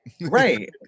Right